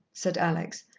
said alex,